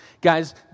Guys